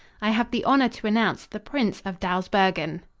i have the honor to announce the prince of dawsbergen.